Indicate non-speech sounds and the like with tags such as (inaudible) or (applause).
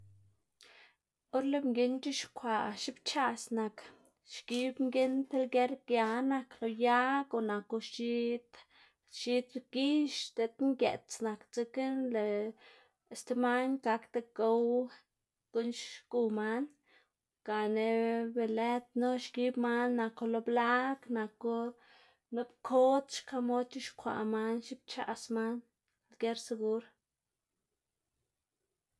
(noise) or lëꞌ mginn c̲h̲ixkwaꞌ xipchaꞌs nak xgib mginn ti lger gia nak lo yag o naku x̱id x̱id gix, diꞌt ngëꞌts nak dzekna lëꞌ sti man gakda gow guꞌn xgu man gana be lëdnu xgib man naku lo blag, naku lo pkodz xka mod c̲h̲ixkwaꞌ man xipchaꞌs man, lger segur.